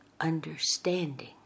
Understanding